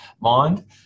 mind